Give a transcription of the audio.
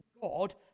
God